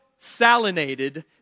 salinated